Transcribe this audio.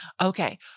Okay